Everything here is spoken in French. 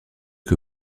que